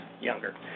younger